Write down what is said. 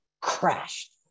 crashed